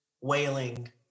wailing